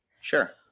Sure